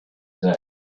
day